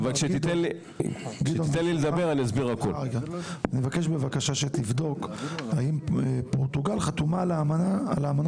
אני מבקש בבקשה שתבדוק אם פורטוגל חתומה על האמנות